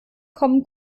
kommen